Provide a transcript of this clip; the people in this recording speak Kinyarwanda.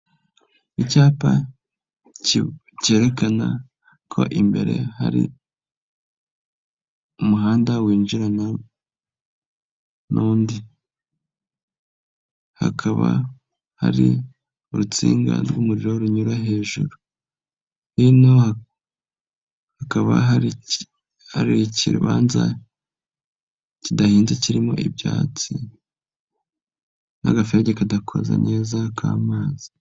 Icyapa cyerekana ko imbere hari umuhanda winjiran n'undi, hakaba hari urutsinga rw'umuriro runyura hejuru, hino hakaba hari ikibanza kidahinnze kirimo ibyatsi, n'agaferege kadakoze neza k'amazi.